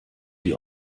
die